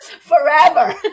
forever